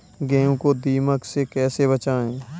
गेहूँ को दीमक से कैसे बचाएँ?